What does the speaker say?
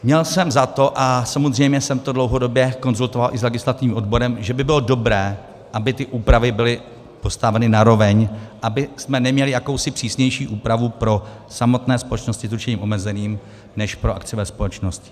Měl jsem za to, a samozřejmě jsem to dlouhodobě konzultoval i s legislativním odborem, že by bylo dobré, aby ty úpravy byly postaveny na roveň, abychom neměli jakousi přísnější úpravu pro samotné společnosti s ručením omezeným než pro akciové společnosti.